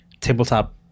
tabletop